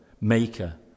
maker